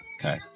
Okay